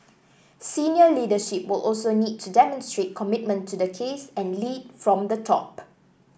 senior leadership will also need to demonstrate commitment to the case and lead from the top